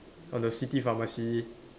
on the city pharmacy